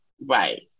right